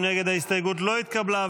ההסתייגות לא התקבלה.